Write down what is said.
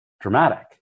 dramatic